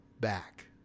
back